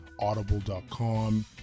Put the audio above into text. Audible.com